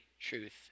truth